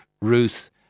Ruth